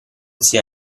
sia